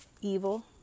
evil